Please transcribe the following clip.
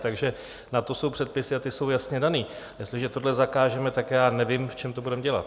Takže na to jsou předpisy a ty jsou jasně dané, a jestliže tohle zakážeme, tak já nevím, v čem to budeme dělat.